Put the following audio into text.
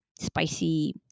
spicy